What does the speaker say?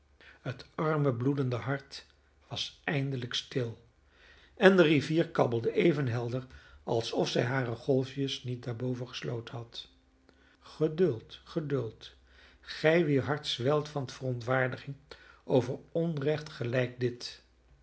het arme bloedende hart was eindelijk stil en de rivier kabbelde even helder alsof zij hare golfjes niet daarboven gesloten had geduld geduld gij wier hart zwelt van verontwaardiging over onrecht gelijk dit